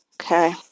okay